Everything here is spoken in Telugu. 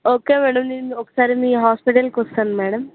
ఓకే మ్యాడమ్ నేను ఒకసారి మీ హాస్పిటల్కి వస్తాను మ్యాడమ్